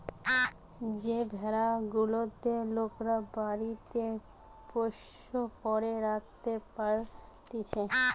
যে ভেড়া গুলেক লোকরা বাড়িতে পোষ্য করে রাখতে পারতিছে